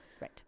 Right